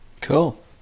Cool